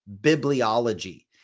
bibliology